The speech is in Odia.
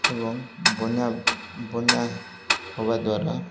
ଏବଂ ବନ୍ୟା ବନ୍ୟା ହେବା ଦ୍ୱାରା